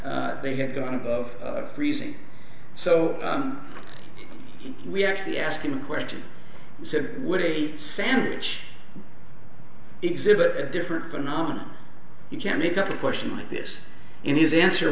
they had gone above freezing so we actually asking the question said what a sandwich exhibit a different phenomenon you can make up a question like this in his answer